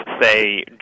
say